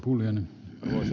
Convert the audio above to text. arvoisa puhemies